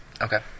okay